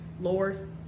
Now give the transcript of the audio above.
Lord